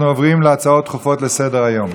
אנחנו עוברים להצעות דחופות לסדר-היום.